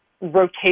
rotation